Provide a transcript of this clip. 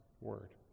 Word